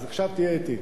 אז עכשיו תהיה אתי.